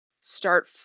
start